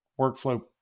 workflow